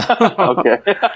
Okay